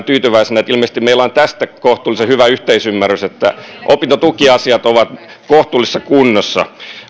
tyytyväisenä että ilmeisesti meillä on tästä kohtuullisen hyvä yhteisymmärrys että opintotukiasiat ovat kohtuullisessa kunnossa